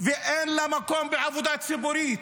ואין לה מקום בעבודה ציבורית.